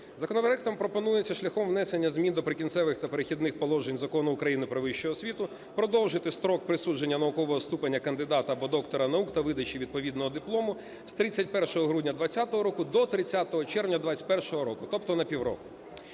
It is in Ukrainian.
Законопроектом пропонується шляхом внесення змін до "Прикінцевих та перехідних положень" Закону України "Про вищу освіту" продовжити строк присудження наукового ступеня кандидата або доктора наук та видачі відповідного диплому з 31 грудня 20-го року до 30 червня 21-го року, тобто на півроку.